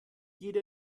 jeder